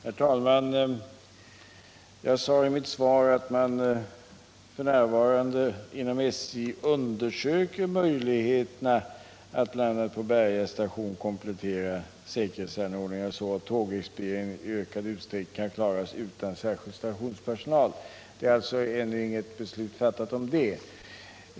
Herr talman! Jag sade i mitt svar att man f.n. inom SJ undersöker möjligheterna att bl.a. på Berga station komplettera säkerhetsanordningarna så att tågexpedieringen i ökad utsträckning kan klaras utan särskild stationspersonal. Det har alltså ännu inte fattats något beslut om det.